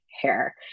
hair